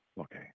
Okay